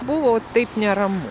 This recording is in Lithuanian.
buvo taip neramu